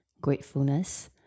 gratefulness